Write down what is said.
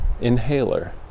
Inhaler